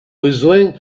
besoin